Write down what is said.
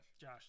Josh